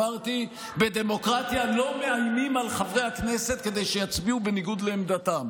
אמרתי: בדמוקרטיה לא מאיימים על חברי הכנסת כדי שיצביעו בניגוד לעמדתם,